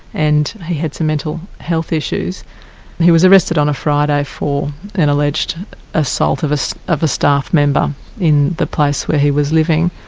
and he had some mental health issues, and he was arrested on a friday for an alleged assault of so of a staff member in the place where he was living,